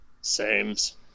Sames